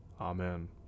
Amen